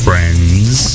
Friends